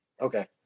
Okay